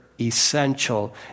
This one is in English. essential